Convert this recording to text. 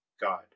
God